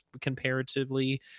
comparatively